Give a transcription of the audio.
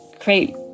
create